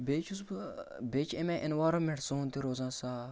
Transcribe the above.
بیٚیہِ چھُس بہٕ بیٚیہِ چھِ اَمہِ آیہِ اٮ۪نوارَمٮ۪نٛٹ سون تہِ روزان صاف